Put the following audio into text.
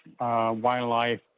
wildlife